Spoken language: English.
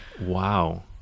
Wow